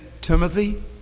Timothy